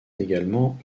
également